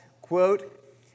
quote